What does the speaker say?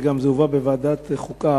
וזה הובא גם בוועדת חוקה,